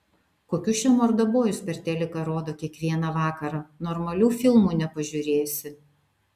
kokius čia mordabojus per teliką rodo kiekvieną vakarą normalių filmų nepažiūrėsi